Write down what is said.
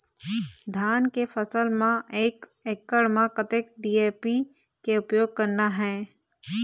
धान के फसल म एक एकड़ म कतक डी.ए.पी के उपयोग करना हे?